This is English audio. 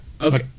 Okay